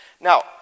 Now